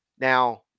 Now